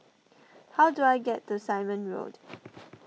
how do I get to Simon Road